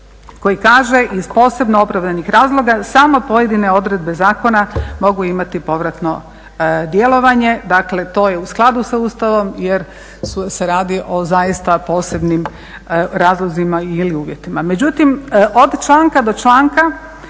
koji kaže: "Iz posebno opravdanih razloga samo pojedine odredbe zakona mogu imati povratno djelovanje.". Dakle, to je u skladu sa ustavom jer se radi o zaista posebnim razlozima ili uvjetima.